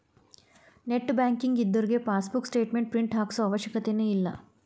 net banking ಇದ್ದೋರಿಗೆ passbook statement print ಹಾಕ್ಸೋ ಅವಶ್ಯಕತೆನ ಇಲ್ಲಾ